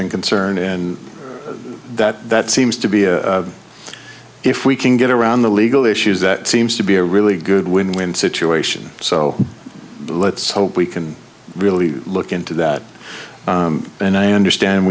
and concern and that that seems to be if we can get around the legal issues that seems to be a really good win win situation so let's hope we can really look into that and i understand